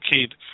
kid